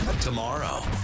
Tomorrow